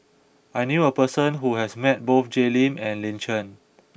I knew a person who has met both Jay Lim and Lin Chen